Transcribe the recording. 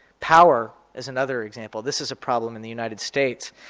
power is another example, this is a problem in the united states,